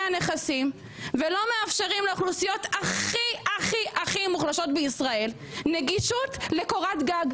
הנכסים ולא מאפשרים לאוכלוסיות הכי מוחלשות בישראל נגישות לקורת גג.